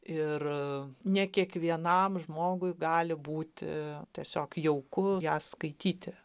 ir ne kiekvienam žmogui gali būti tiesiog jauku ją skaityti